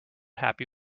happy